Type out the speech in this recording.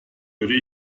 würde